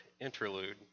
interlude